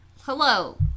hello